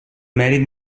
mèrit